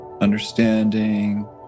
understanding